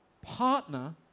partner